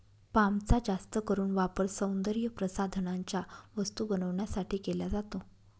पामचा जास्त करून वापर सौंदर्यप्रसाधनांच्या वस्तू बनवण्यासाठी केला जातो